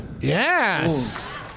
Yes